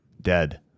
dead